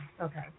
okay